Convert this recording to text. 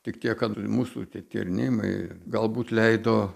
tik tiek kad mūsų tyrinėjimai galbūt leido